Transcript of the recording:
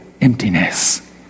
emptiness